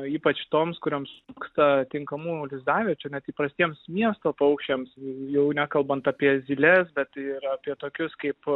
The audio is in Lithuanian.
ypač toms kurioms trūksta tinkamų lizdaviečių net įprastiems miesto paukščiams jau nekalbant apie zyles bet ir apie tokius kaip